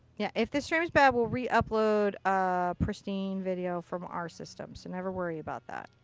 yeah if the stream is bad, we'll re-upload a pristine video from our system. so never worry about that.